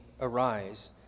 arise